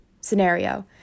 scenario